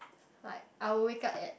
like I will wake up at